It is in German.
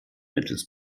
mittels